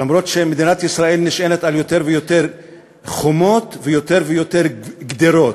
למרות שמדינת ישראל נשענת על יותר ויותר חומות ויותר ויותר על גדרות,